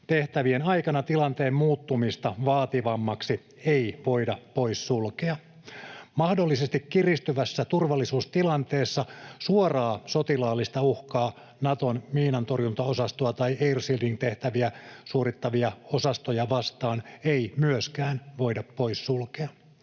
tehtävien aikana tilanteen muuttumista vaativammaksi ei voida poissulkea. Mahdollisesti kiristyvässä turvallisuustilanteessa suoraa sotilaallista uhkaa Naton miinantorjuntaosastoa tai air shielding ‑tehtäviä suorittavia osastoja vastaan ei myöskään voida poissulkea.